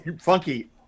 funky